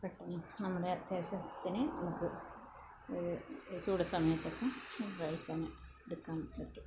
പെട്ടന്ന് നമ്മുടെ അത്യാവശ്യത്തിന് നമുക്ക് ചൂട് സമയത്തക്കെ നമുക്ക് കഴിക്കാൻ എടുക്കാൻ പറ്റും